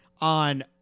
on